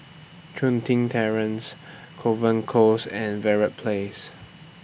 Chun Tin Terrace Kovan Close and Verde Place